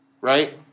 Right